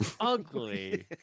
ugly